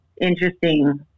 interesting